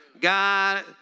God